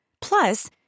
Plus